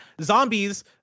Zombies